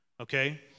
Okay